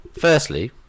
Firstly